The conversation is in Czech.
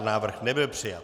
Návrh nebyl přijat.